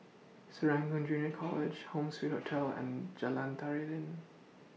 Serangoon Junior College Home Suite Hotel and Jalan Tari Lilin